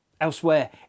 Elsewhere